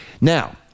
Now